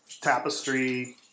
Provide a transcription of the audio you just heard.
Tapestry